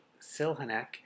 Silhanek